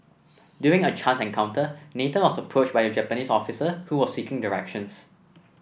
during a chance encounter Nathan was approached by a Japanese officer who was seeking directions